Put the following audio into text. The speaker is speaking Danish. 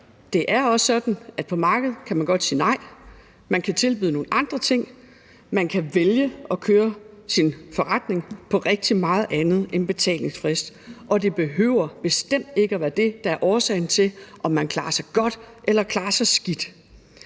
Det er også sådan, at på markedet kan man godt sige nej. Man kan tilbyde nogle andre ting. Man kan vælge at køre sin forretning på rigtig meget andet end betalingsfrist, og det behøver bestemt ikke at være det, der er afgør, om man klarer sig godt eller klarer sig skidt.